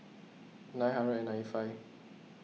nine hundred and ninety five